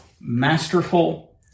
masterful